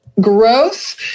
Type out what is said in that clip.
Growth